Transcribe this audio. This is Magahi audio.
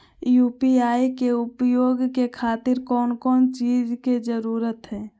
यू.पी.आई के उपयोग के खातिर कौन कौन चीज के जरूरत है?